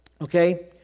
okay